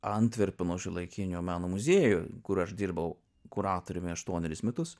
antverpeno šiuolaikinio meno muziejuj kur aš dirbau kuratoriumi aštuonerius metus